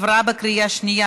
עברה בקריאה שנייה